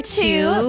two